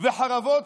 וחרבות,